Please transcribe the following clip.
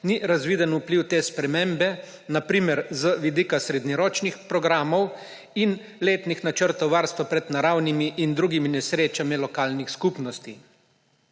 ni razviden vpliv te spremembe, na primer z vidika srednjeročnih programov in letnih načrtov varstvo pred naravnimi in drugimi nesrečami lokalnih skupnosti.